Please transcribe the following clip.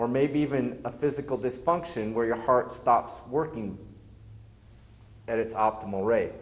or maybe even a physical dysfunction where your heart stops working at its optimal r